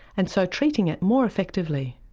and so treating it more effectively.